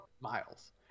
miles